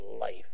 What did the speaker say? life